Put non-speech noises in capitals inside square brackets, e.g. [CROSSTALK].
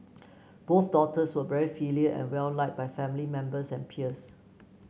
[NOISE] both daughters were very filial and well liked by family members and peers